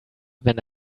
wenn